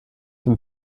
bin